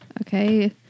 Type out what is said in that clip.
Okay